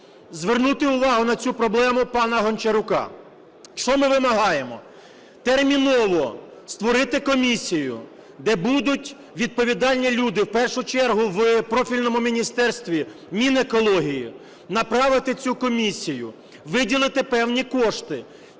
звернути увагу на цю проблему пана Гончарука. Що ми вимагаємо? Терміново створити комісію, де будуть відповідальні люди, в першу чергу в профільному міністерстві Мінекології, направити цю комісію, виділити певні кошти,